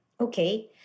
Okay